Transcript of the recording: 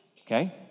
Okay